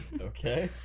Okay